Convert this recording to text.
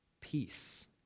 peace